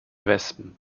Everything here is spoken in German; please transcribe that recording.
wespen